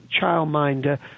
childminder